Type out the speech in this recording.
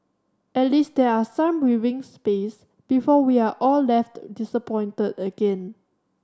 at least there are some breathing space before we are all left disappointed again